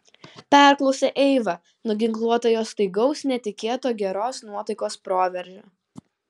perklausė eiva nuginkluota jo staigaus netikėto geros nuotaikos proveržio